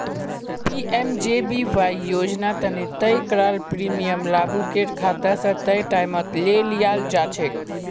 PMJBY योजना तने तय कराल प्रीमियम लाभुकेर खाता स तय टाइमत ले लियाल जाछेक